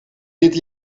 dit